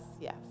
yes